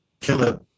killer